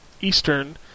Eastern